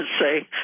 say